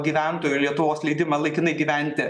gyventojų lietuvos leidimą laikinai gyventi